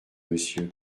monsieur